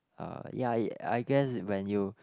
uh ya I guess when you